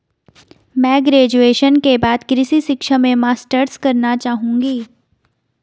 मैं ग्रेजुएशन के बाद कृषि शिक्षा में मास्टर्स करना चाहूंगा